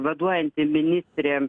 vaduojanti ministrė